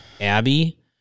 Abby